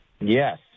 Yes